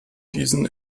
diesen